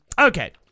okay